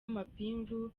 amapingu